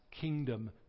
kingdom